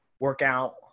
workout